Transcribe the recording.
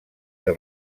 que